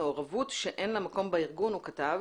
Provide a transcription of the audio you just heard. מעורבות שאין לה מקום בארגון כך הוא כתב